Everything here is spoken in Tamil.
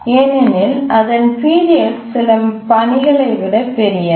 ஏனெனில் அதன் பீரியட் சில பணிகளை விட பெரியது